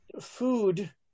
Food